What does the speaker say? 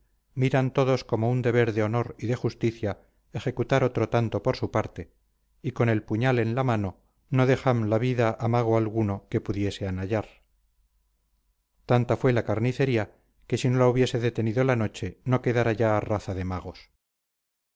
miraban todos como un deber de honor y de justicia ejecutar otro tanto por su parte y con el puñal en la mano no dejaban a vida mago alguno que pudiesen hallar tanta fue la carnicería que si no la hubiese detenido la noche no quedara ya raza de magos